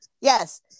Yes